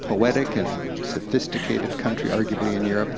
poetic and sophisticated country, arguably in europe,